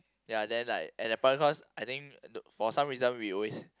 ya then like at that point cause I think for some reason we always